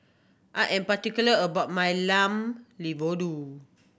I am particular about my Lamb Vindaloo